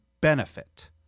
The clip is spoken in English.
benefit